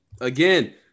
again